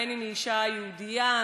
אם אישה יהודייה,